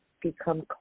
become